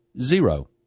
zero